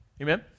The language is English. Amen